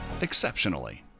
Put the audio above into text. exceptionally